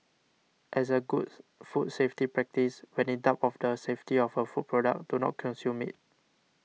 as a good food safety practice when in doubt of the safety of a food product do not consume it